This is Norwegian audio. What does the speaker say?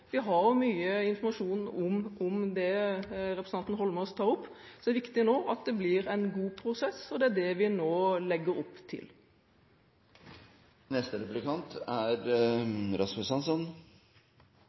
Vi har mye informasjon om det representanten Heikki Eidsvoll Holmås tar opp, så det er viktig nå at det blir en god prosess, og det er det vi nå legger opp til. Det er